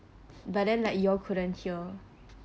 but then like you all couldn't hear